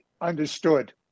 understood